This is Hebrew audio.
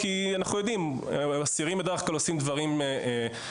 כי אנחנו יודעים אסירים בדרך כלל עושים דברים נוראיים,